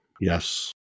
Yes